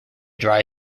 dry